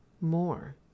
more